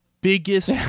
biggest